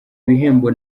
ibihembo